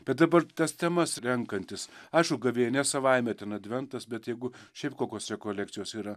bet dabar tas temas renkantis aišku gavėnia savaime ten adventas bet jeigu šiaip kokios rekolekcijos yra